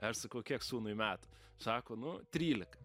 aš sakau kiek sūnui metų sako nu trylika